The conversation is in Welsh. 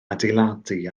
adeiladu